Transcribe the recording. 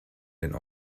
den